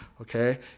okay